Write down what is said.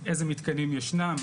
איזה מתקנים ישנם,